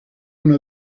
una